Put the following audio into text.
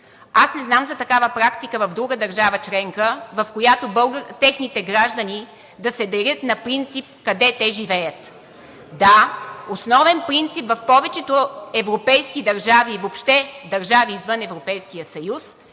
Аз не знам за такава практика в друга държава членка, в която техните граждани да се делят на принцип къде те живеят. Да, основен принцип в повечето европейски държави, въобще и в държави, извън Европейския съюз,